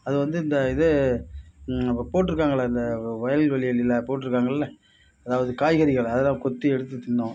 அது வந்து இந்த இது நம்ம போட்டிருக்காங்கள இந்த வயல் வெளிலெலாம் போட்டிருக்காங்கள அதாவது காய்கறிகள் அதெல்லாம் கொத்தி எடுத்து தின்னும்